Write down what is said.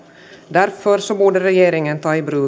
därför borde regeringen ta i bruk ett bredare urval åtgärder